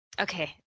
Okay